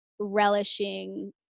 relishing